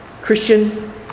Christian